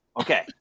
Okay